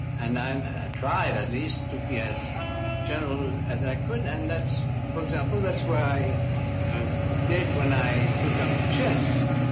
and i um ah tried at least, to be as general as i could and that's, for example, that's what i did when i took up chess.